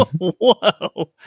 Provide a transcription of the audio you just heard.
Whoa